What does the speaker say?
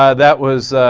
ah that was